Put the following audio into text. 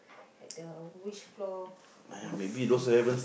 at the which floor !wah! scary